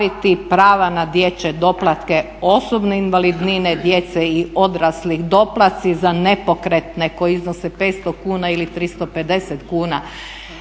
prava na dječje doplatke, osobne invalidnine djece i odraslih, doplaci za nepokretne koji iznose 500 kuna ili 350 kuna,